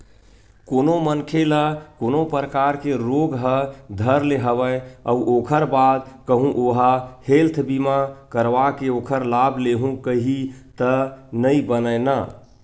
कोनो मनखे ल कोनो परकार के रोग ह धर ले हवय अउ ओखर बाद कहूँ ओहा हेल्थ बीमा करवाके ओखर लाभ लेहूँ कइही त नइ बनय न